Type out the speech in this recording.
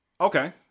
Okay